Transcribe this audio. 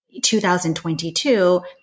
2022